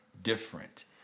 different